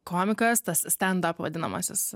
komikas tas stendap vadinamasis